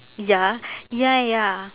ya ya ya